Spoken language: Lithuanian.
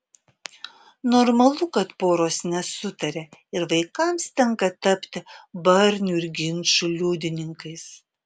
normalu kad poros nesutaria ir vaikams tenka tapti barnių ir ginčų liudininkais